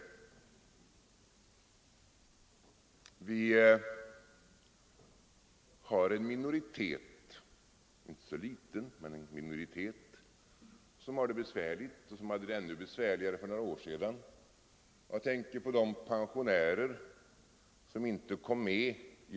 Det finns en minoritet — om också inte särskilt liten — som har det besvärligt och som hade det ännu besvärligare för några år sedan. Jag tänker på de pensionärer som inte kom med i ATP-systemet.